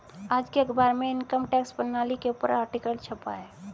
आज के अखबार में इनकम टैक्स प्रणाली के ऊपर आर्टिकल छपा है